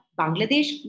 Bangladesh